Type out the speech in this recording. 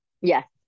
Yes